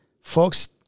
folks